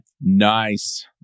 Nice